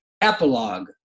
epilogue